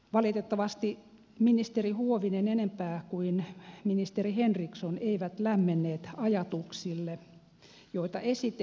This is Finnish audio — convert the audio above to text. valitettavasti ministeri huovinen sen enempää kuin ministeri henrikssonkaan eivät lämmenneet ajatuksille joita esitettiin